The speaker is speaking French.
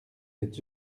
êtes